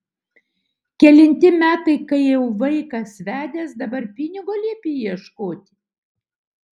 kelinti metai kai jau vaikas vedęs dabar pinigo liepi ieškoti